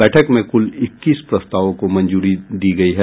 बैठक में कुल इक्कीस प्रस्तावों को मंजूरी दी गई है